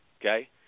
Okay